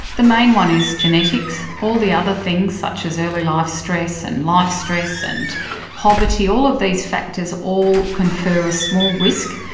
the main one is genetics. all the other things such as early life stress and life stress and poverty, all of these factors all confer a small risk.